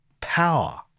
power